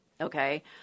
okay